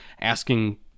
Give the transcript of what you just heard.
asking